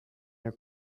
your